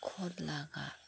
ꯈꯣꯠꯂꯒ